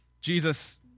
Jesus